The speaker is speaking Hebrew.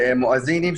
מואזינים,